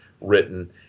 written